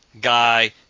Guy